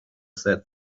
said